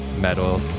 metal